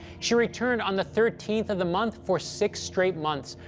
she returned on the thirteenth of the month for six straight months,